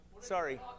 Sorry